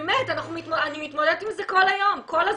באמת, אני מתמודדת עם זה כל היום, כל הזמן.